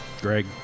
Greg